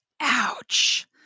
Ouch